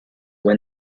win